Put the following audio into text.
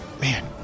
Man